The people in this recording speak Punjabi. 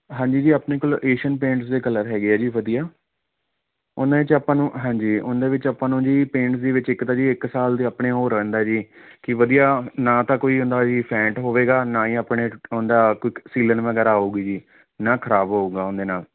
ਹਾਂਜੀ ਜੀ ਆਪਣੇ ਕੋਲ ਏਸ਼ੀਅਨ ਪੇਂਟਸ ਦੇ ਕਲਰ ਹੈਗੇ ਹੈ ਜੀ ਵਧੀਆ ਉਨ੍ਹਾਂ 'ਚ ਆਪਾਂ ਨੂੰ ਹਾਂਜੀ ਉਹਦੇ ਵਿੱਚ ਆਪਾਂ ਨੂੰ ਜੀ ਪੇਂਟਸ ਦੇ ਵਿੱਚ ਇੱਕ ਤਾਂ ਜੀ ਇੱਕ ਸਾਲ ਦਾ ਆਪਣੇ ਉਹ ਰਹਿੰਦਾ ਜੀ ਕਿ ਵਧੀਆ ਨਾ ਤਾਂ ਕੋਈ ਉਹਦਾ ਜੀ ਫੈਂਟ ਹੋਵੇਗਾ ਨਾ ਹੀ ਆਪਣੇ ਉਹਦਾ ਕੋਈ ਸੀਲਨ ਵਗੈਰਾ ਆਊਗੀ ਜੀ ਨਾ ਖਰਾਬ ਹੋਊਗਾ ਉਹਦੇ ਨਾਲ